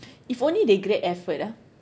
if only they grade effort ah